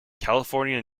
california